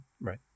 Right